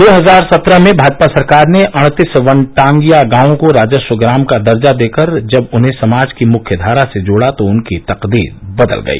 दो हजार सत्रह में भाजपा सरकार ने अड़तीस वनटांगिया गावों को राजस्व ग्राम का दर्जा देकर जब उन्हें समाज की मुख्यधारा से जोड़ा तो उनकी तकदीर बदल गई